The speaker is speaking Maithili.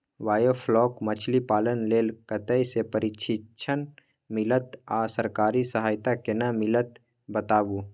बायोफ्लॉक मछलीपालन लेल कतय स प्रशिक्षण मिलत आ सरकारी सहायता केना मिलत बताबू?